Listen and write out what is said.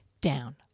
Down